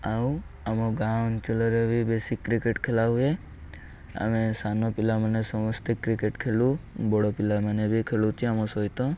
ଆଉ ଆମ ଗାଁ ଅଞ୍ଚଳରେ ବି ବେଶୀ କ୍ରିକେଟ୍ ଖେଲା ହୁୁଏ ଆମେ ସାନ ପିଲାମାନେ ସମସ୍ତେ କ୍ରିକେଟ୍ ଖେଳୁ ବଡ଼ ପିଲାମାନେ ବି ଖେଳୁଛି ଆମ ସହିତ